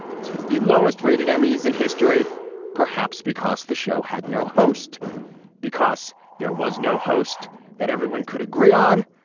this was the lowest rated emmys in history perhaps because the show had no host because there was no host that everyone could agree on.